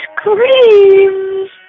screams